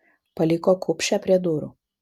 paliko kupšę prie durų